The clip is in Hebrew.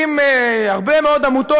עם הרבה מאוד עמותות,